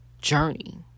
journey